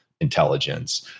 intelligence